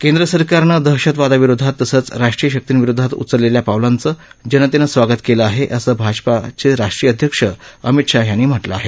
केंद्र सरकारनं दहशतवादाविरोधात तसंच राष्ट्रीय शक्तींविरोधात उचलेल्या पावलाचं जनतेनं स्वागत केलं आहे असं भाजपाचे राष्ट्रीय अध्यक्ष अमित शहा यांनी म्हटलं आहे